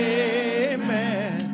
amen